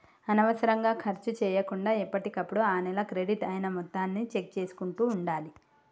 అనవసరంగా ఖర్చు చేయకుండా ఎప్పటికప్పుడు ఆ నెల క్రెడిట్ అయిన మొత్తాన్ని చెక్ చేసుకుంటూ ఉండాలి